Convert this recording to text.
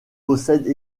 possède